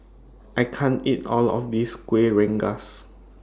I can't eat All of This Kueh Rengas